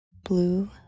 Blue